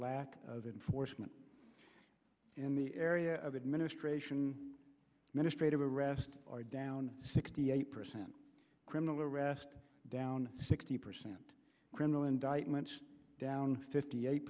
lack of enforcement in the area of administration ministre to arrest are down sixty eight percent criminal arrest down sixty percent criminal indictments down fifty eight